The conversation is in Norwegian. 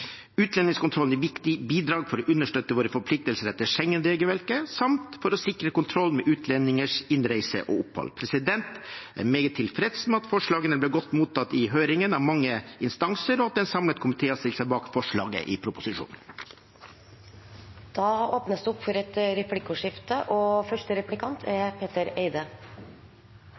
er et viktig bidrag for å understøtte våre forpliktelser etter Schengen-regelverket samt for å sikre kontroll med utlendingers innreise og opphold. Jeg er meget tilfreds med at forslagene ble godt mottatt i høringen av mange instanser, og at en samlet komité har stilt seg bak forslaget i proposisjonen. Det blir replikkordskifte. Jeg nevnte i mitt hovedinnlegg bekymringen og